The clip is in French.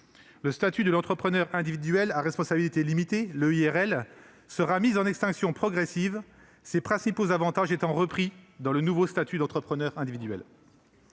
Le statut de l'entrepreneur individuel à responsabilité limitée sera mis en extinction progressive, ses principaux avantages étant repris dans le nouveau statut d'entrepreneur individuel.